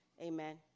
amen